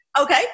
Okay